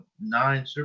nine